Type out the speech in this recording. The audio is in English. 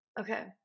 Okay